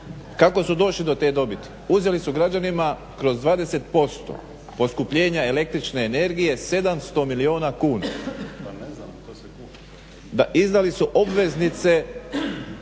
Kako su došli do te dobiti? Uzeli su građanima kroz 20% poskupljenja el.energije 700 milijuna kuna. Izdali su obveznice